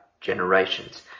generations